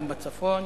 גם בצפון,